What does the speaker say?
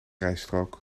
rijstrook